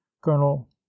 Colonel